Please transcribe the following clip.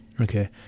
Okay